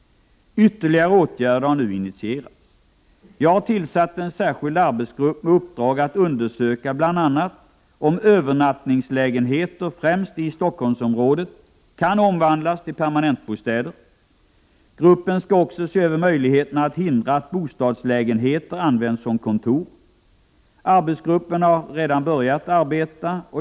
Ytterligare åtgärder har nu initierats. Jag har tillsatt en särskild arbetsgrupp med uppdrag att undersöka bl.a. om övernattningslägenheter främst i Stockholmsområdet kan omvandlas till permanentbostäder. Gruppen skall också se över möjligheterna att hindra att bostadslägenheter används som kontor. Arbetsgruppen har redan börjat arbeta.